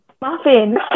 Muffin